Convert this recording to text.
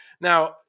Now